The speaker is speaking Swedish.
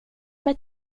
med